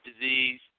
disease